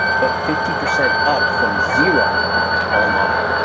but fifty percent up from zero online.